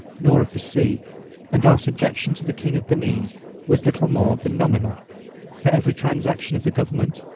nor of the sea and our subjection to the king of benin was little more than nominal for every transaction of the government,